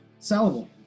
sellable